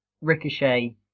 Ricochet